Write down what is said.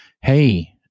Hey